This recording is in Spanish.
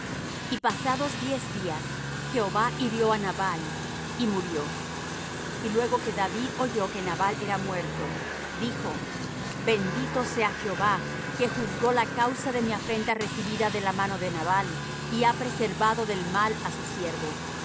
y pasados diez días jehová hirió á nabal y murió y luego que david oyó que nabal era muerto dijo bendito sea jehová que juzgó la causa de mi afrenta recibida de la mano de nabal y ha preservado del mal á su siervo